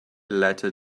letter